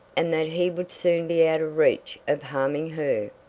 and that he would soon be out of reach of harming her,